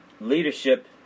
leadership